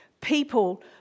people